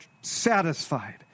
satisfied